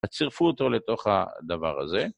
אז צירפו אותו לתוך הדבר הזה.